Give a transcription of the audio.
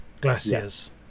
glaciers